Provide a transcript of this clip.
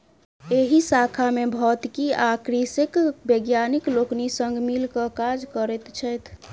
एहि शाखा मे भौतिकी आ कृषिक वैज्ञानिक लोकनि संग मिल क काज करैत छथि